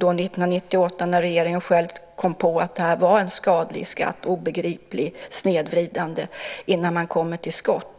år 1998 då regeringen själv kom på att reklamskatten är en skadlig skatt, en obegriplig och snedvridande skatt.